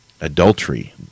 adultery